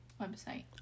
website